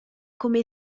come